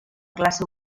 classe